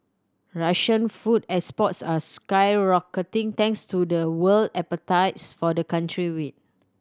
Russian food exports are skyrocketing thanks to the world appetite for the country wheat